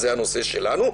זה הנושא שלנו,